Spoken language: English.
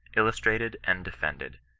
illustrated and defended.